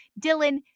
Dylan